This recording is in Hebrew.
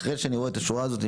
אחרי שאני רואה את השורה הזו,